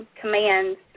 commands